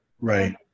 right